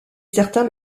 certains